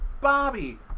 Bobby